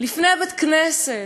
לפני בית-כנסת,